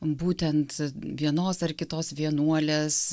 būtent vienos ar kitos vienuolės